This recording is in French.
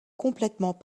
complètement